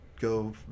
go